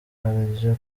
karyo